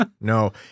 no